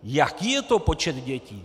Jaký je to počet dětí?